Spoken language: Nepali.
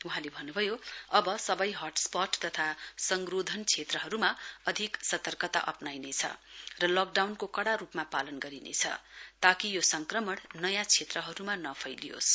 वहाँले भन्नभयो अव सवै हटस्पट तथा संरोधन क्षेत्रहरुमा अधिक सतकर्ता अप्राइनेछ र लकडुनको कड़ा रुपमा पालन गरिनेछ ताकि यो संक्रमण नयाँ क्षेत्रहरुमा नफैलियोस